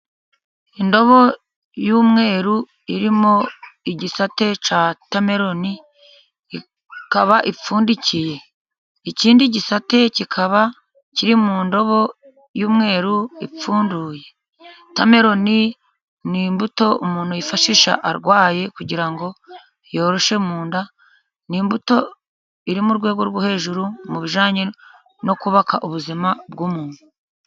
Indobo y'umweru irimo igisate cya wotameloni ikaba ipfundikiye. Ikindi gisate kikaba kiri mu ndobo y'umweru ipfunduye. Wotameloni ni imbuto umuntu yifashisha arwaye, kugira ngo yoroshye mu nda. Ni immbuto iri mu rwego rwo hejuru mu bijyanye no kubaka ubuzima bw'umuntu.